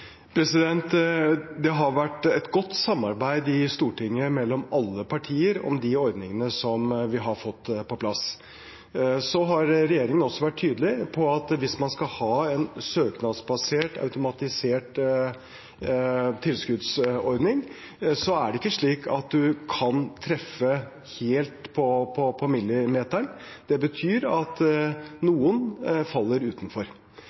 Det har vært et godt samarbeid i Stortinget mellom alle partier om de ordningene som vi har fått på plass. Regjeringen har også vært tydelig på at hvis man skal ha en søknadsbasert automatisert tilskuddsordning, er det ikke slik at man kan treffe helt på millimeteren. Det betyr at noen faller utenfor.